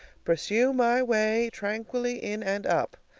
pursue my way tranquilly in and up.